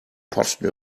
posten